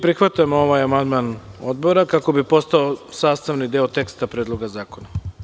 Prihvatamo ovaj amandman Odbora, kako bi postao sastavni deo teksta Predloga zakona.